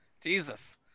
Jesus